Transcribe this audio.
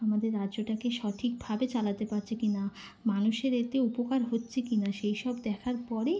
আমাদের রাজ্যটাকে সঠিকভাবে চালাতে পারছে কি না মানুষের এতে উপকার হচ্ছে কি না সেই সব দেখার পরেই